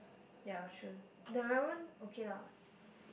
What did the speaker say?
ya true the ramen okay lah